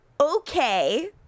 okay